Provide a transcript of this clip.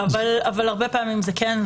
הרבה פעמים זה כן.